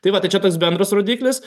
tai va tai čia tas bendras rodiklis